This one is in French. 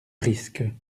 risque